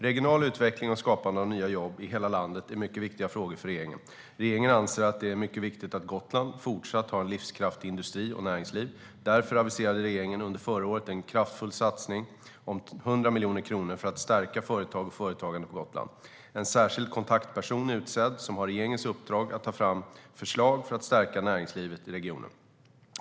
Regional utveckling och skapandet av nya jobb i hela landet är mycket viktiga frågor för regeringen. Regeringen anser att det är mycket viktigt att Gotland fortsatt har en livskraftig industri och näringsliv. Därför aviserade regeringen under förra året en kraftfull satsning om 100 miljoner kronor för att stärka företag och företagande på Gotland. En särskild kontaktperson är utsedd som har regeringens uppdrag att ta fram förslag för att stärka näringslivet i regionen.